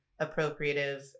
appropriative